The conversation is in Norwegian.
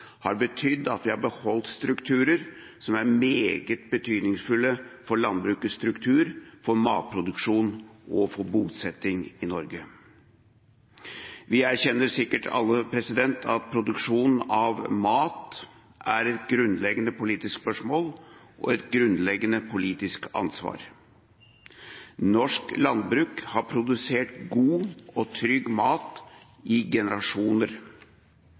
har betydd at vi har beholdt strukturer som er meget betydningsfulle for landbrukets struktur, for matproduksjonen og for bosettingen i Norge. Vi erkjenner sikkert alle at produksjon av mat er et grunnleggende politisk spørsmål og et grunnleggende politisk ansvar. Norsk landbruk har produsert god og trygg mat i generasjoner.